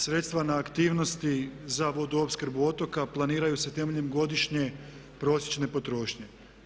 Sredstva na aktivnosti za vodoopskrbu otoka planiraju se temeljem godišnje prosječne potrošnje.